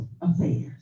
affairs